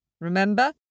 Remember